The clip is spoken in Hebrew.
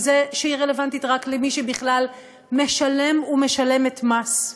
וזה שהיא רלוונטית רק למי שבכלל משלם ומשלמת מס,